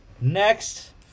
Next